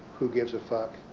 who gives a fuck,